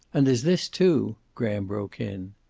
and there's this, too, graham broke in.